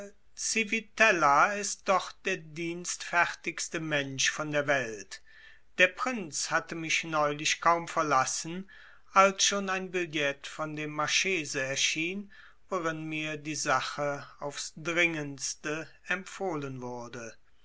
ist doch der dienstfertigste mensch von der welt der prinz hatte mich neulich kaum verlassen als schon ein billet von dem marchese erschien worin mir die sache aufs dringendste empfohlen wurde